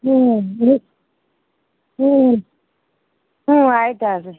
ಹ್ಞೂ ಹ್ಞೂ ಹ್ಞೂ ಆಯ್ತು ತಗೋಳ್ರಿ